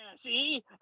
See